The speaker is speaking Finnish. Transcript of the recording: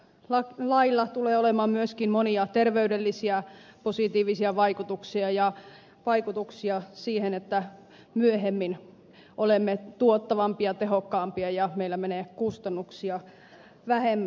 tällä lailla tulee olemaan myöskin monia positiivisia terveydellisiä vaikutuksia ja vaikutuksia siihen että myöhemmin olemme tuottavampia tehokkaampia ja meillä menee kustannuksia vähemmän